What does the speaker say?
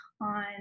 on